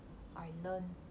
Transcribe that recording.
I learn